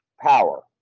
power